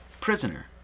Prisoner